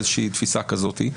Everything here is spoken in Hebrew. באיזושהי תפיסה כזאת,